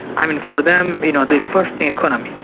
i for them, you know the first thing economy.